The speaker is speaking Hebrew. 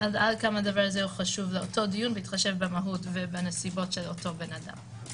עד כמה זה חשוב לאותו דיון בהתחשב במהות ובנסיבות של אותו אדם.